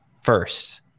first